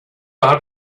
how